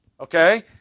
okay